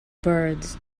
birds